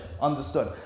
Understood